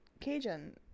cajun